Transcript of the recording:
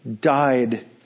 died